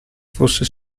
fosse